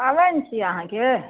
पाबनि छियै अहाँके